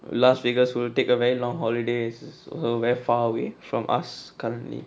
las vegas will take a very long holidays so so very far away from us currently